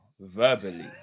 verbally